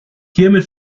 hiermit